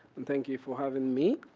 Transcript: and thank you for having me.